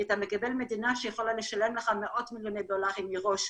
כי אתה מקבל מדינה שיכולה לשלם לך מאות-מיליוני דולרים מראש,